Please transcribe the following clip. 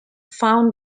found